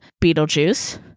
Beetlejuice